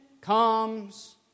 comes